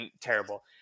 terrible